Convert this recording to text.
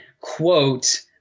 quote